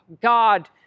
God